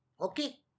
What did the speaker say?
Okay